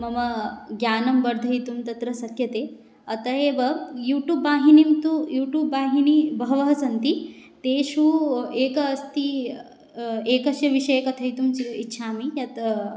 मम ज्ञानं वर्धयितुं तत्र शक्यते अतः एव यूटूब् वाहिनीं तु यूटूब् वाहिनी बहवः सन्ति तेषु एकः अस्ति एकस्य विषयं कथयितुम् चि इच्छामि यत्